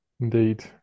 indeed